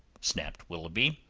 snapped willoughby.